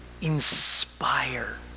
inspire